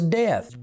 death